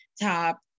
top